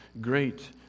great